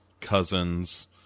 cousins